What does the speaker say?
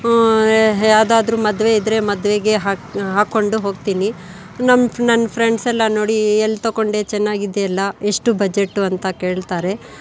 ಅಂದರೆ ಯಾವುದಾದ್ರೂ ಮದುವೆ ಇದ್ದರೆ ಮದುವೆಗೆ ಹಾಕಿ ಹಾಕ್ಕೊಂಡು ಹೋಗ್ತೀನಿ ನನ್ನ ನನ್ನ ಫ್ರೆಂಡ್ಸೆಲ್ಲ ನೋಡಿ ಎಲ್ಲಿ ತೊಗೊಂಡೆ ಚೆನ್ನಾಗಿದೆಯಲ್ಲ ಎಷ್ಟು ಬಜೆಟು ಅಂತ ಕೇಳ್ತಾರೆ